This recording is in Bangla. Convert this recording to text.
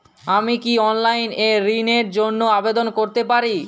আমি কি অনলাইন এ ঋণ র জন্য আবেদন করতে পারি?